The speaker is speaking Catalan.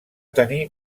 tenir